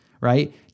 right